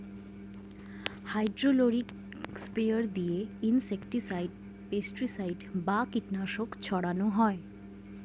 hydraulic sprayer দিয়ে insecticide, pesticide বা কীটনাশক ছড়ান হয়